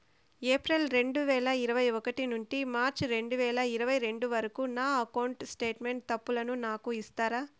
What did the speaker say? April రెండు వేల ఇరవై ఒకటి నుండి మార్చ్ రెండు వేల ఇరవై రెండు వరకు నా అకౌంట్ స్టేట్మెంట్ తప్పులను నాకు ఇస్తారా?